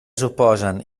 suposen